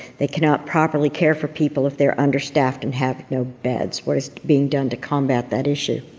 they cannot properly care for people if they're understaffed and have you know beds what is being done to combat that issue?